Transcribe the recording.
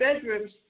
bedrooms